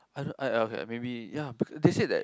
I don't know okay maybe ya because they said that